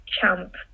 champ